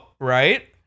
Right